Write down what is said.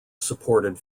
supported